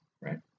right